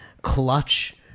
Clutch